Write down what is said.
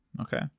Okay